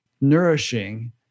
nourishing